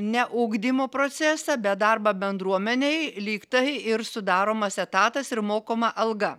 ne ugdymo procesą bet darbą bendruomenei lyg tai ir sudaromas etatas ir mokama alga